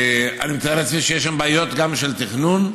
אני מתאר לעצמי שיש שם בעיות, גם של תכנון,